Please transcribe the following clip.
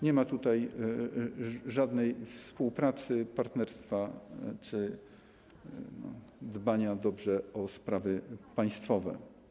Nie ma tutaj żadnej współpracy, partnerstwa czy dbania o sprawy państwowe.